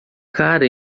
cara